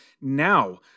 now